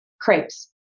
Crepes